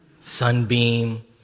sunbeam